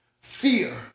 fear